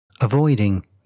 avoiding